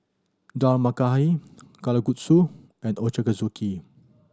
Dal Makhani Kalguksu and Ochazuke